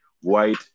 white